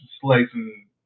slicing